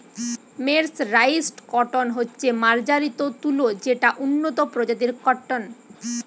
mercerised cotton হচ্ছে মার্জারিত তুলো যেটা উন্নত প্রজাতির কট্টন